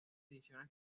ediciones